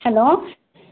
hello